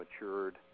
matured